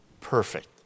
perfect